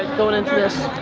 going into this.